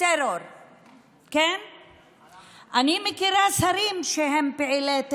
טרור"; אני מכירה שרים שהם פעילי טרור,